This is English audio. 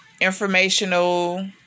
informational